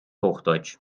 hochdeutsch